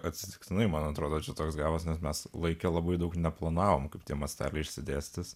atsitiktinai man atrodo čia toks galas nes mes laikė labai daug neplanavome kaip tie masteliai išsidėstys